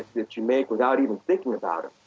that you make without even thinking about it.